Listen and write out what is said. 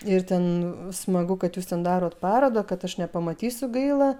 ir ten smagu kad jūs ten darot parodą kad aš nepamatysiu gaila